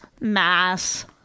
mass